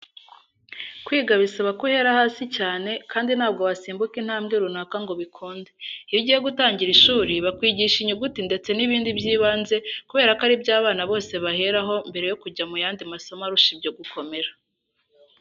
Kwiga bisaba ko uhera hasi cyane kandi ntabwo wasimbuka intambwe runaka ngo bikunde. Iyo ugiye gutangira ishuri bakwigisha inyuguti ndetse n'ibindi by'ibanze kubera ko ari byo abana bose baheraho mbere yo kujya mu yandi masomo arusha ibyo gukomera.